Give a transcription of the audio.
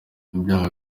ibyaha